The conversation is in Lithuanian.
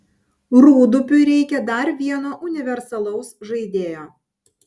rūdupiui reikia dar vieno universalaus žaidėjo